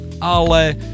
ale